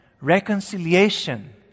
Reconciliation